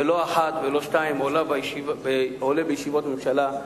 ולא פעם אחת ולא פעמיים עולה בישיבות ממשלה,